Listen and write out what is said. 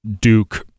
Duke